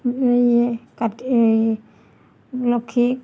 Kati Lakshmi